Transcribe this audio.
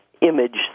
image